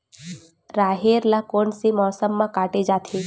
राहेर ल कोन से मौसम म काटे जाथे?